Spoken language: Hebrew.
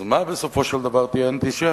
אז מה בסופו של דבר תהיה אנטישמיות,